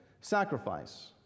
sacrifice